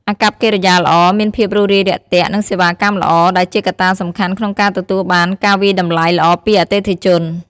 អាកប្បកិរិយាល្អ មានភាពរួសរាយរាក់ទាក់ និងសេវាកម្មល្អ ដែលជាកត្តាសំខាន់ក្នុងការទទួលបានការវាយតម្លៃល្អពីអតិថិជន។